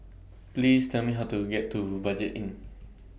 Please Tell Me How to get to Budget Inn